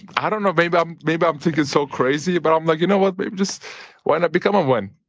i don't know, maybe um maybe i'm thinking so crazy, but i'm like, you know what, maybe just why not become a one?